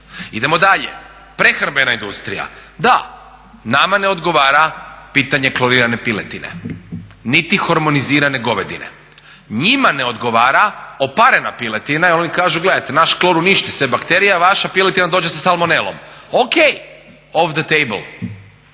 Idemo dalje, prehrambena industrija. Da, nama ne odgovara pitanje klorirane piletine, niti hormonizirane govedine. Njima ne odgovara oparena piletina jer oni kažu, gledajte naš klor uništi sve bakterije a vaša piletina dođe sa salmonelom. O.K. off the table.